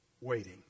Waiting